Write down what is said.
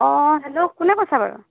অঁ হেল্ল' কোনে কৈছে বাৰু